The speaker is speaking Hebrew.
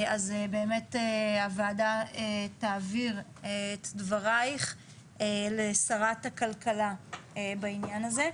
אז באמת הוועדה תעביר את דברייך לשרת הכלכלה בעניין הזה.